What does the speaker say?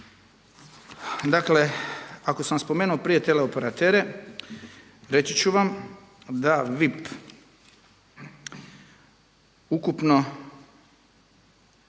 dakle ako sam vam spomenuo prije teleoperatere, reći ću vam da VIP ukupno